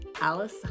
alice